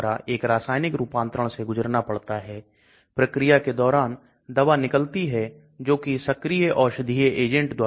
जैसा कि आप यहां देख सकते हैं घुलनशीलता प्रति मिलीलीटर 291 मिलीग्राम है और फिर इस घुलनशीलता को देखो 377 मिलीग्राम प्रति मिली लीटर हो गया है